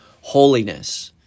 holiness